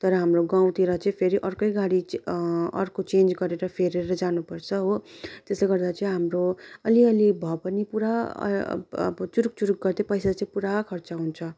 तर हाम्रो गाउँतिर चाहिँ फेरि अर्कै गाडी अर्को चेन्ज गरेर फेरेर जानु पर्छ हो त्यसले गर्दा चाहिँ हाम्रो अलिअलि भएपनि पुरा अ अ चुरुप चुरुप गर्दै पैसा चाहिँ पुरा खर्च हुन्छ